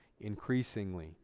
increasingly